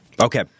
Okay